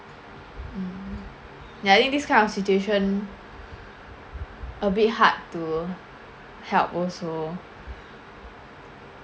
mm ya in this kind of situation a bit hard to help also